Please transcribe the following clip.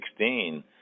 2016